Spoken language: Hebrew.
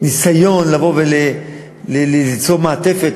שום תירוץ ושום ניסיון לבוא וליצור מעטפת